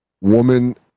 woman